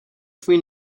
tvůj